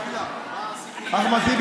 אחמד טיבי,